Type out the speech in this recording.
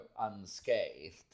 unscathed